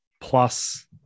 plus